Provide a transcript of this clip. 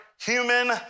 human